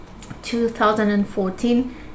2014